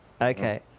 Okay